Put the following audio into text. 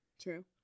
True